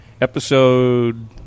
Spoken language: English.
Episode